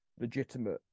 legitimate